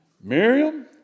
Miriam